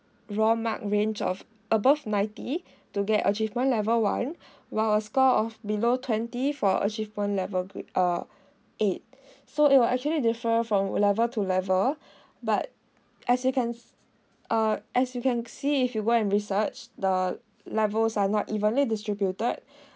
raw mark range of above ninety to get achievement level one while score of below twenty for achievement level err eight so it will actually differ from A level to level but as you can uh as you can see if you went and research the levels are not evenly distributed